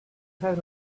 five